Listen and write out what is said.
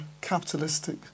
capitalistic